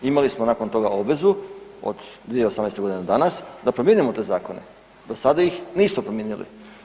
Imali smo nakon toga obvezu od 2018.g. do danas da promijenimo te zakone, do sada ih nismo promijenili.